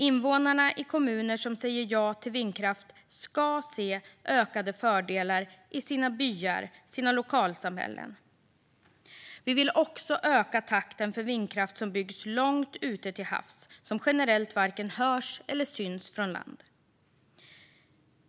Invånare i kommuner som säger ja till vindkraft ska se ökade fördelar i sina byar och lokalsamhällen. Vi vill också öka takten för vindkraft som byggs långt ute till havs och som generellt varken hörs eller syns från land.